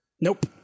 Nope